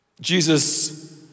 Jesus